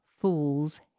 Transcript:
fool's